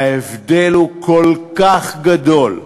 וההבדל הוא כל כך גדול,